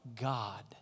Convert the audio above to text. God